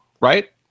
right